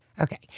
Okay